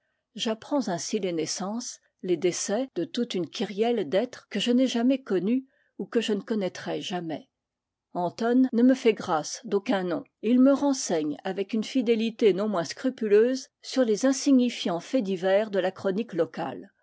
j'apprends ainsi les naissances les décès de toute une kyrielle d'êtres que je n'ai jamais connus ou que je ne connaîtrai jamais anton ne me fait grâce d'au cun nom et il me renseigne avec une fidélité non moins scrupuleuse sur les insignifiants faits divers de la chronique locale